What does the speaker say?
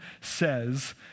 says